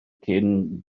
cyn